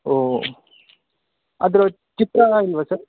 ಓ ಅದರ ಚಿತ್ರ ಇಲ್ಲವಾ ಸರ್